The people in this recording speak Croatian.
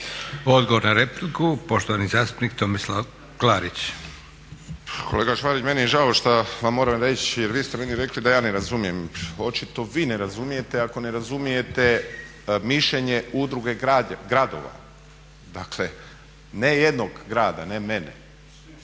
Odgovor na repliku, poštovani zastupnik Tomislav Klarić. **Klarić, Tomislav (HDZ)** Pa kolega Škvarić meni je žao što vam moram reći, jer vi ste meni rekli da ja ne razumijem. Očito vi ne razumijete ako ne razumijete mišljenje Udruge gradova. Dakle, ne jednog grada, ne mene.